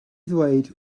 ddweud